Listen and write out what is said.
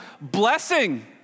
blessing